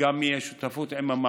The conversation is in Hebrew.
יש גם שותפות עם המעסיקים,